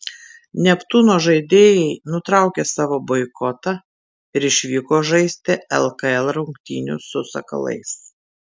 neptūno žaidėjai nutraukė savo boikotą ir išvyko žaisti lkl rungtynių su sakalais